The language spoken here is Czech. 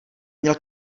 měl